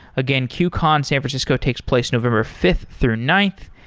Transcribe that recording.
again, qcon san francisco takes place november fifth through ninth,